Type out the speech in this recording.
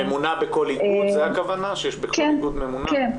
הכוונה היא שיש בכל איגוד ממונה?